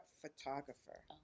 photographer